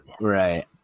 Right